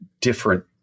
different